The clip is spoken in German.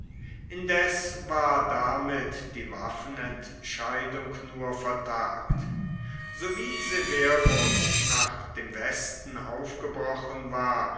indes war damit die waffenentscheidung nur vertagt so wie severus nach dem westen aufgebrochen war